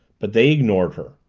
but they ignored her.